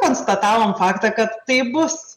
konstatavom faktą kad taip bus